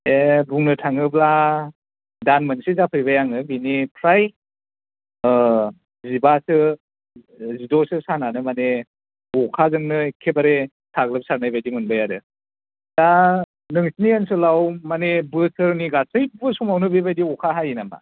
बे बुंनो थाङोब्ला दान मोनसे जाफैबाय आङो बिनिफ्राय जिबासो जिद'सो सानानो माने अखाजोंनो एखेबारे साग्लोबसारनाय बायदि मोनबाय आरो दा नोंसिनि ओनसोलाव माने बोसोरनि गासैबो समावनो बेफोरबायदि अखा हायो नामा